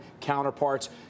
counterparts